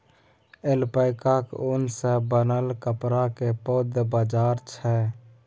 ऐल्पैकाक ऊन सँ बनल कपड़ाक पैघ बाजार छै